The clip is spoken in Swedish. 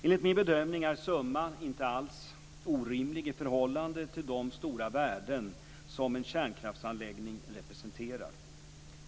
Enligt min bedömning är summan inte alls orimlig i förhållande till de stora värden som en kärnkraftsanläggning representerar.